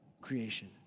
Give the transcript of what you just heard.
creation